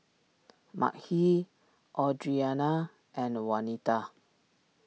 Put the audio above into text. Makhi Audrianna and Wanita